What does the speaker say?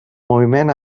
moviment